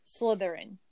Slytherin